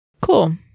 Cool